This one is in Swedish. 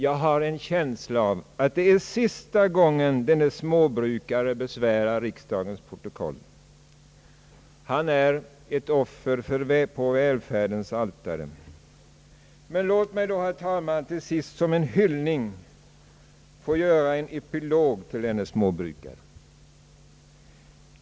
Jag har en känsla av att det är sista gången småbrukaren besvärar riksdagens protokoll. Han är ett offer på välfärdens altare. Låt mig då, herr talman, till sist såsom en hyllning få framföra en epilog till denne småbrukare.